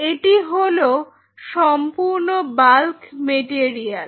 এটি হলো সম্পূর্ণ বাল্ক মেটেরিয়াল